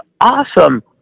awesome